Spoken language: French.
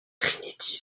trinity